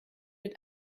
mit